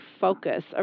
focus